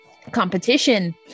competition